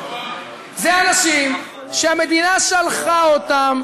אלה אנשים שהמדינה שלחה אותם.